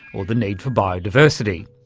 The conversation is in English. or the need for biodiversity,